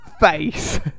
face